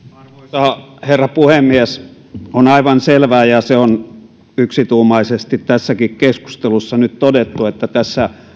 arvoisa herra puhemies on aivan selvää ja se on yksituumaisesti tässäkin keskustelussa nyt todettu että tässä